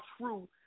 true